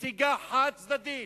נסיגה חד-צדדית.